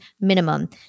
minimum